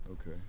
Okay